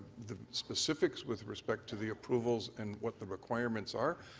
the specifics with respect to the approvals and what the requirements are,